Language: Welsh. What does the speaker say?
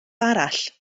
arall